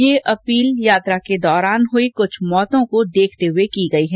यह अपील यात्रा के दौरान हई कुछ मौतों को देखते हए की गई है